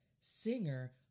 singer